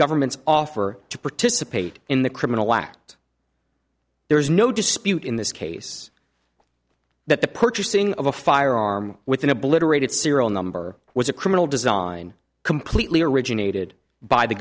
government's offer to participate in the criminal act there is no dispute in this case that the purchasing of a firearm within a blitter rated serial number was a criminal design completely originated by the